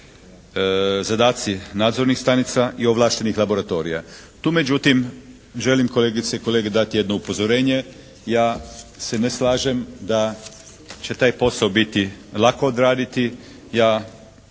zadaci nadzornih stanica i ovlaštenih laboratorija. Tu međutim želim kolegice i kolege dati jedno upozorenje. Ja se ne slažem da će taj posao biti lako odraditi.